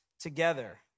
together